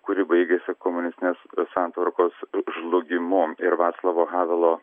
kuri baigėsi komunistinės santvarkos žlugimu ir vaclavo havelo